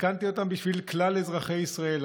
סיכנתי אותם בשביל כלל אזרחי ישראל,